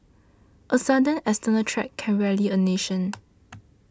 a sudden external threat can rally a nation